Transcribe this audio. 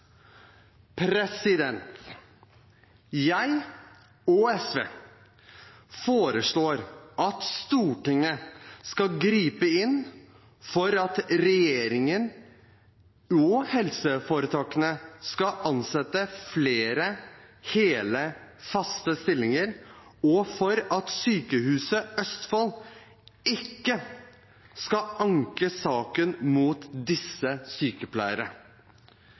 Jeg og SV foreslår at Stortinget skal gripe inn for at regjeringen og helseforetakene skal ansette flere i hele, faste stillinger, og for at Sykehuset Østfold ikke skal anke saken mot disse